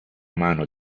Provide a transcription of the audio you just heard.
mano